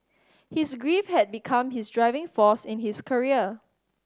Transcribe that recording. his grief had become his driving force in his career